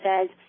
says